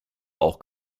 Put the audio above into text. auch